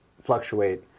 fluctuate